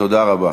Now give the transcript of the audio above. תודה רבה.